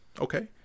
Okay